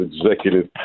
executive